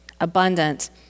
abundant